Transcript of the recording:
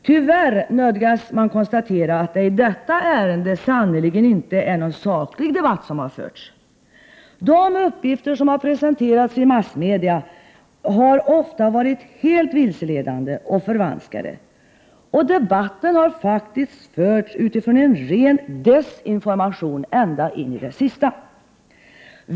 Tyvärr nödgas man konstatera att det i detta ärende sannerligen inte är någon saklig debatt som har förts! De uppgifter som har presenterats i massmedia har ofta varit helt vilseledande och förvanskade, och debatten har faktiskt förts utifrån en ren desinformation ända in i det sista!